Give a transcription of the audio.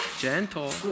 Gentle